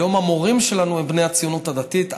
היום המורים שלנו הם בני הציונות הדתית.